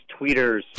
tweeters